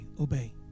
obey